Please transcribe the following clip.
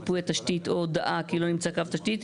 מיפוי התשתית או הודעה כי לא נמצא קו תשתית,